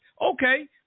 Okay